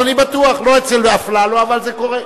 אבל אני בטוח, לא אצל אפללו, אבל זה קורה.